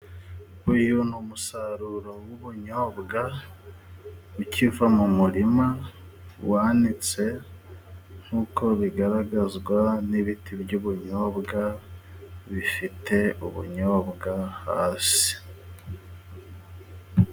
Uyu ni umusaruro w'ubunyobwa ukiva mu murima, wanitse, nk'uko bigaragazwa n'ibiti by'ubunyobwa bifite ubunyobwa hasi.